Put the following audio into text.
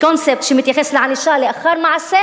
מקונספט שמתייחס לענישה לאחר מעשה,